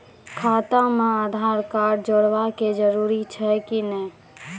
खाता म आधार कार्ड जोड़वा के जरूरी छै कि नैय?